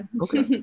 Okay